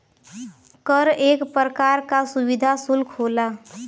कर एक परकार का सुविधा सुल्क होला